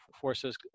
Forces